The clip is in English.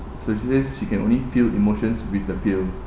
so she says she can only feel emotions with the pill